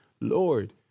Lord